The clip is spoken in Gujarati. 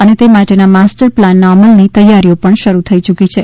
અને તે માટેનો માસ્ટર પ્લાનના અમલ ની તૈયારીઓ પણ શરૂ થઈ યૂકી છે